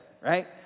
right